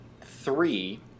Three